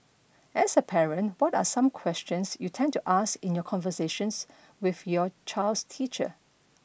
as a parent what are some questions you tend to ask in your conversations with your child's teacher